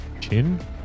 chin